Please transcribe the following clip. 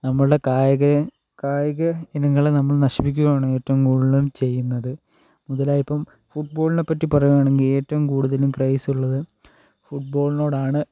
നമ്മളുടെ കായിക കായിക ഇനങ്ങൾ നമ്മൾ നശിപ്പിക്കുകയാണ് ഏറ്റവും കൂടുതലും ചെയ്യുന്നത് മുതലായപ്പോൾ ഫുട്ബോളിനെ പറ്റി പറയുവാണെങ്കിൽ ഏറ്റവും കൂടുതലും ക്രയിസുള്ളത് ഫുട്ബോളിനോടാണ്